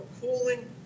cooling